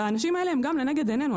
האנשים האלה הם גם לנגד עינינו.